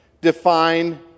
define